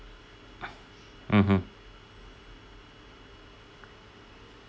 mmhmm